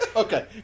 Okay